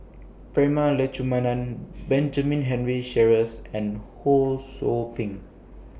Prema Letchumanan Benjamin Henry Sheares and Ho SOU Ping